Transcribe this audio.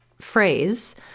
phrase